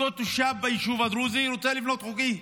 אותו תושב ביישוב הדרוזי, רוצה לבנות חוקי,